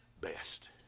best